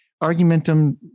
argumentum